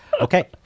Okay